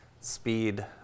speed